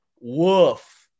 woof